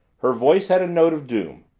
her voice had a note of doom.